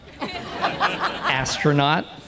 astronaut